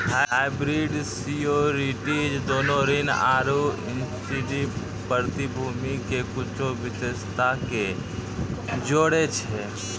hybrid securities दोनो ऋण आरु इक्विटी प्रतिभूति के कुछो विशेषता के जोड़ै छै